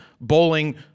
bowling